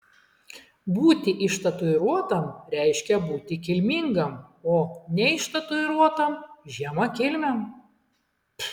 būti ištatuiruotam reiškia būti kilmingam o neištatuiruotam žemakilmiam